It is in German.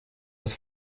das